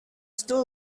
still